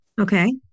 Okay